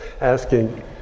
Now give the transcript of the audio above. asking